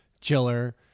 chiller